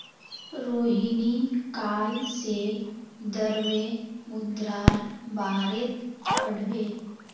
रोहिणी काल से द्रव्य मुद्रार बारेत पढ़बे